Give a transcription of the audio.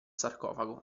sarcofago